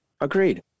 Agreed